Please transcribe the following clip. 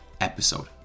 episode